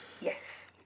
Yes